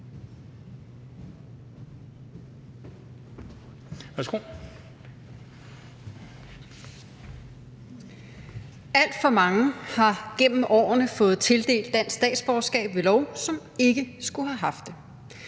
Alt for mange har gennem årene fået tildelt dansk statsborgerskab ved lov, som ikke skulle have haft det.